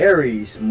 Aries